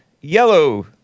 yellow